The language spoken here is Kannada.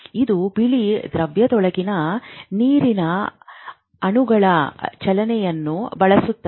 ಇದು ಬಿಳಿ ದ್ರವ್ಯದೊಳಗಿನ ನೀರಿನ ಅಣುಗಳ ಚಲನೆಯನ್ನು ಬಳಸುತ್ತದೆ